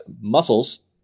muscles